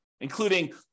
including